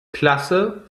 klasse